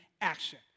action